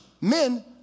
men